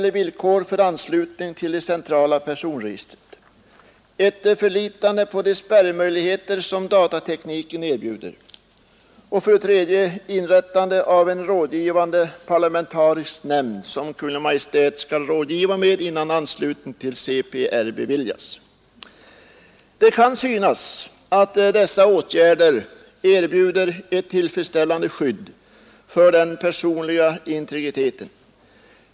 Ett förlitande på de spärrmöjligheter som datatekniken erbjuder. 3. Inrättande av en rådgivande parlamentarisk nämnd som Kungl. Maj:t skall rådgöra med innan anslutning till CPR beviljas. Det kan tyckas att dessa åtgärder erbjuder ett tillfredsställande skydd för den personliga integriteten.